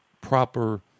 proper